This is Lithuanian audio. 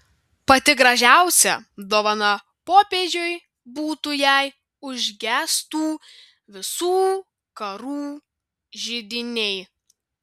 pati gražiausia dovana popiežiui būtų jei užgestų visų karų židiniai